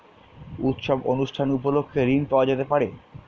উৎসব অনুষ্ঠান উপলক্ষে ঋণ পাওয়া যেতে পারে?